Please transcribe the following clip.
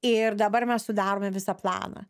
ir dabar mes sudarome visą planą